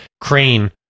crane